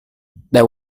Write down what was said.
there